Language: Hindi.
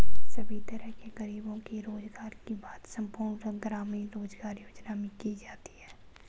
सभी तरह के गरीबों के रोजगार की बात संपूर्ण ग्रामीण रोजगार योजना में की जाती है